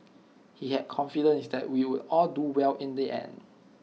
he had confidence that we would all do well in the end